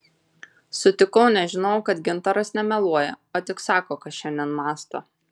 sutikau nes žinojau kad gintaras nemeluoja o tik sako ką šiandien mąsto